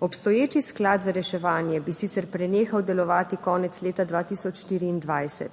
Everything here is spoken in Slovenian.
Obstoječi sklad za reševanje bi sicer prenehal delovati konec leta 2024.